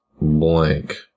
blank